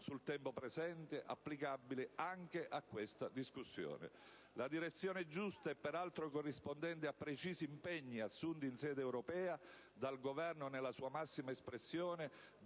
sul tempo presente, applicabile anche a questa discussione. La direzione giusta e peraltro corrispondente a precisi impegni assunti in sede europea dal Governo nella sua massima espressione